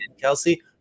Kelsey